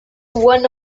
one